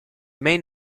main